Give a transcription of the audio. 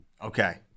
Okay